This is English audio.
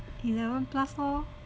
eleven plus lor